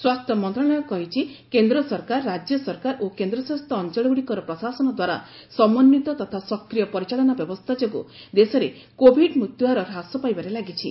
ସ୍ୱାସ୍ଥ୍ୟ ମନ୍ତ୍ରଣାଳୟ କହିଛି କେନ୍ଦ୍ର ସରକାର ରାଜ୍ୟ ସରକାର ଓ କେନ୍ଦ୍ରଶାସିତ ଅଞ୍ଚଳଗୁଡ଼ିକର ପ୍ରଶାସନ ଦ୍ୱାରା ସମନ୍ଧିତ ତଥା ସକ୍ରିୟ ପରିଚାଳନା ବ୍ୟବସ୍ଥା ଯୋଗୁଁ ଦେଶରେ କୋଭିଡ୍ ମୃତ୍ୟୁ ହାର ହ୍ରାସ ପାଇବାରେ ଲାଗିଛି